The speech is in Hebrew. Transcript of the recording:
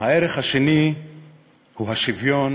הערך השני הוא השוויון